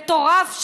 מטורף,